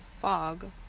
fog